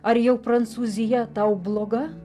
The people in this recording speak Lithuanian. ar jau prancūzija tau bloga